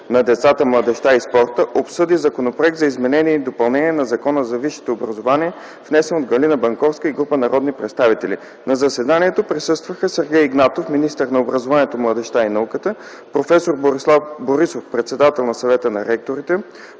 на децата, младежта и спорта, обсъди Законопроект за изменение и допълнение на Закона за висшето образование, внесен от Галина Банковска и група народни представители. На заседанието присъстваха Сергей Игнатов - министър на образованието, младежта и науката, проф. Борислав Борисов - председател на Съвета на ректорите,